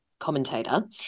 commentator